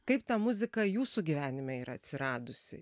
kaip ta muziką jūsų gyvenime yra atsiradusi